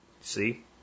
See